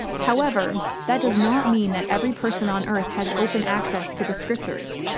however, that does not mean that every person on earth has open access to the scriptures.